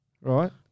Right